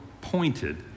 pointed